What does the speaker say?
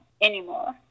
anymore